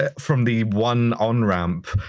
ah from the one on-ramp,